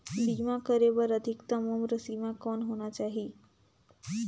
बीमा करे बर अधिकतम उम्र सीमा कौन होना चाही?